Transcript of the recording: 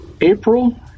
April